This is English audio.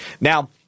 Now